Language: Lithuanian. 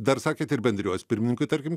dar sakėt ir bendrijos pirmininkui tarkim